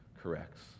corrects